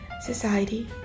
society